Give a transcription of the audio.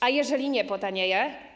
A jeżeli nie potanieje?